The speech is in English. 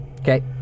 Okay